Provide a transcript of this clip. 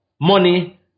money